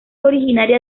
originaria